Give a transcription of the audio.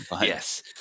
yes